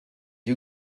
you